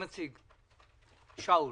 שאול,